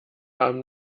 abend